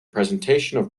presentation